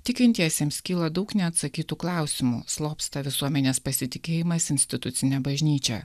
tikintiesiems kyla daug neatsakytų klausimų slopsta visuomenės pasitikėjimais institucine bažnyčia